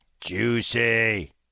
Juicy